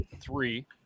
three